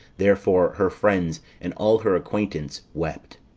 therefore her friends, and all her acquaintance wept.